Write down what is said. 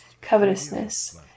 covetousness